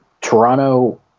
Toronto